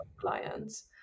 clients